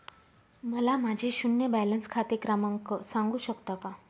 मला माझे शून्य बॅलन्स खाते क्रमांक सांगू शकता का?